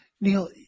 Neil